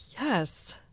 Yes